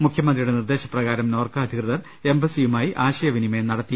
മുഖ്യമന്ത്രിയുടെ നിർദ്ദേശപ്രകാരം നോർക്ക് അധികൃതർ എംബസിയുമായി ആശയവിനിമയം നടത്തി